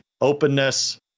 openness